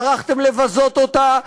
טרחתם לבזות אותה,